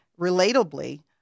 relatably